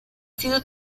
sido